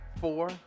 four